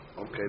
Okay